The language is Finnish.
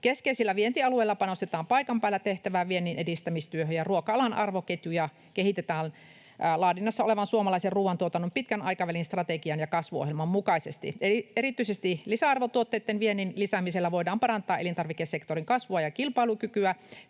Keskeisillä vientialueilla panostetaan paikan päällä tehtävään vienninedistämistyöhön, ja ruoka-alan arvoketjuja kehitetään laadinnassa olevan suomalaisen ruuantuotannon pitkän aikavälin strategian ja kasvuohjelman mukaisesti. Erityisesti lisäarvotuotteitten viennin lisäämisellä voidaan parantaa elintarvikesektorin kasvua ja kilpailukykyä.